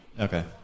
Okay